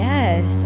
Yes